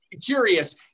Curious